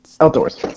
Outdoors